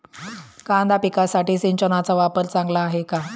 कांदा पिकासाठी सिंचनाचा वापर चांगला आहे का?